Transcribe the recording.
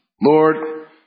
Lord